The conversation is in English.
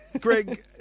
Greg